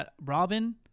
robin